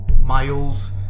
Miles